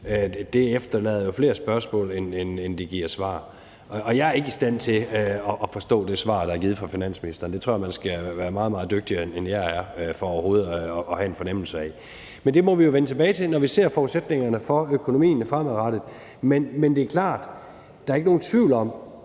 efterlader jo flere spørgsmål, end det giver svar. Jeg er ikke i stand til at forstå det svar, der er givet fra finansministeren. Det tror jeg man skal være meget, meget dygtigere, end jeg er, for overhovedet at have en fornemmelse af. Men det må vi jo vende tilbage til, når vi ser forudsætningerne for økonomien fremadrettet. Men det er klart, at der ikke er nogen tvivl om,